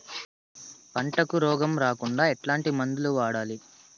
పంటకు రోగం రాకుండా ఎట్లాంటి మందులు వాడాలి?